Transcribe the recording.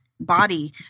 body